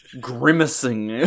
grimacing